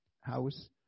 house